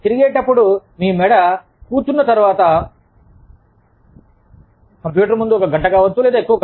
తిరిగేటప్పుడు మీ మెడ కూర్చున్న తర్వాత కంప్యూటర్ ముందు ఒక గంట లేదా ఎక్కువ